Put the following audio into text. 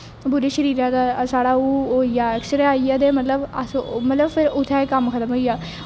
पूरे शरीरा दा साढ़ा ओह् होई जा ऐक्सरे आई जा ते मतलब फिर उत्थें एह् कम्म खतम होई जा